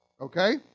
okay